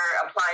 applying